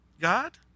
God